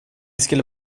skulle